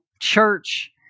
church